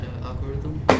algorithm